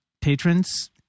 patrons